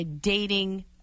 dating